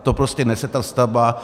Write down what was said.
To prostě nese ta stavba.